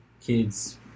kids